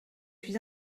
suis